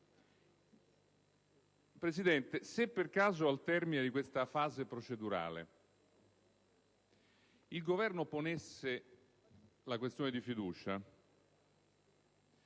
Presidente, se per caso, al termine di questa fase procedurale, il Governo ponesse la questione di fiducia